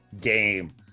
game